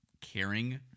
caring